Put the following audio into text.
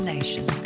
Nation